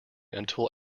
until